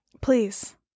Please